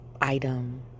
item